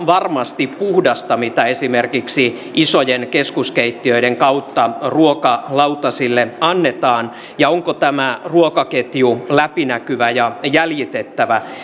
varmasti puhdasta mitä esimerkiksi isojen keskuskeittiöiden kautta ruokalautasille annetaan ja onko tämä ruokaketju läpinäkyvä ja jäljitettävä